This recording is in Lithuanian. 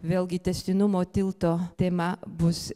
vėlgi tęstinumo tilto tema bus